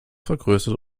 vergrößert